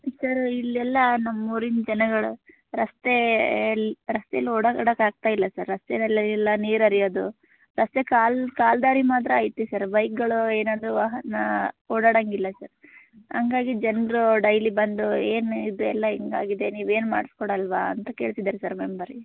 sir ಇಲ್ಲಿ ಎಲ್ಲ ನಮ್ಮ ಊರಿನ ಜನಗಳ ರಸ್ತೇಯಲ್ಲಿ ರಸ್ತೆಲಿ ಓಡಾಡಕೆ ಆಗ್ತಾಯಿಲ್ಲ ಸರ್ ರಸ್ತೆನಲ್ಲಿ ಎಲ್ಲ ನೀರು ಹರಿಯೊದು ರಸ್ತೆ ಕಾಲು ಕಾಲು ದಾರಿ ಮಾತ್ರ ಐತೆ ಸರ್ ಬೈಕ್ಗಳೂ ಏನಾದರು ವಾಹನ ಓಡಾಡಂಗೆ ಇಲ್ಲ ಸರ್ ಹಂಗಾಗಿ ಜನರೂ ಡೈಲಿ ಬಂದು ಏನು ಇದೆಲ್ಲ ಹಿಂಗಾಗಿದೆ ನೀವೇನು ಮಾಡಿಸ್ಕೊಡಲ್ವಾ ಅಂತ ಕೇಳ್ತಿದ್ದಾರೆ ಸರ್ ಮೆಂಬರಿಗೆ